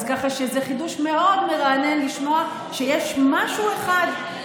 אז ככה שזה חידוש מאוד מרענן לשמוע שיש משהו אחד,